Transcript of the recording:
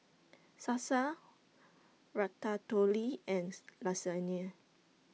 Salsa Ratatouille and Lasagne